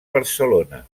barcelona